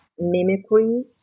mimicry